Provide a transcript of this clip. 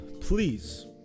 please